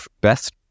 best